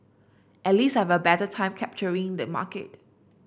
at least I have a better time capturing the market